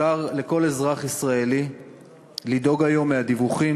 מותר לכל אזרח ישראלי לדאוג היום מהדיווחים,